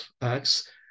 acts